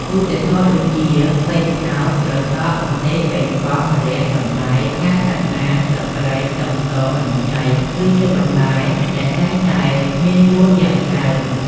ឧទាហរណ៍បន្លែដូចជា ស្ពៃក្តោប ត្រសក់ ម្ទេស ប៉េងប៉ោះ ម្រះ សណ្តែក ផ្កាខាត់ណា ស្លឹកគ្រៃ ខ្ទឹមស និងខ្ញី គឺជាបន្លែដែលតែងតែមានលក់យ៉ាងច្រើន។